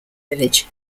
village